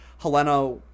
Helena